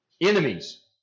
Enemies